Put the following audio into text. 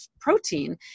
protein